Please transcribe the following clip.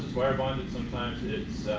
wire bonded, sometimes it's